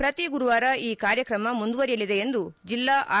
ಪ್ರತಿ ಗುರುವಾರ ಈ ಕಾರ್ಯಕ್ರಮ ಮುಂದುವರೆಯಲಿದೆ ಎಂದು ಜಿಲ್ಲಾ ಆರ್